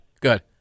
Good